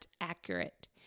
accurate